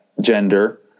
gender